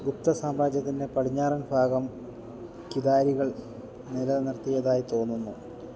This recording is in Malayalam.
ഗുപ്ത സാമ്രാജ്യത്തിന്റെ പടിഞ്ഞാറൻ ഭാഗം കിദാരികൾ നിലനിർത്തിയതായി തോന്നുന്നു